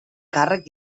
càrrec